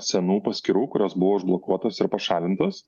senų paskyrų kurios buvo užblokuotos ir pašalintos